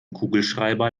kugelschreiber